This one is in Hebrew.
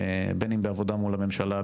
בין אם בעבודה מול הממשלה,